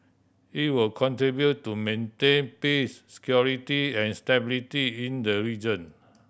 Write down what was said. it will contribute to maintain peace security and stability in the region